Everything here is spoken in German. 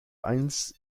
eins